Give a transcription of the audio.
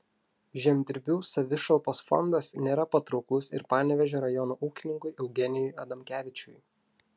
žemdirbių savišalpos fondas nėra patrauklus ir panevėžio rajono ūkininkui eugenijui adamkevičiui